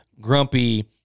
grumpy